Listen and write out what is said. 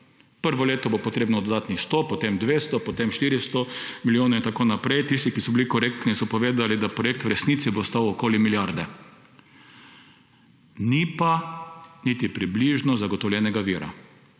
Prvo leto bo potrebno dodatnih 100, potem 200, potem 400 milijonov in tako naprej. Tisti, ki so bili korektni, so povedali, da projekt v resnici bo stal okoli milijarde, ni pa niti približno zagotovljenega vira,